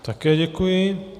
Také děkuji.